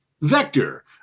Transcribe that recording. Vector